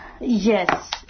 Yes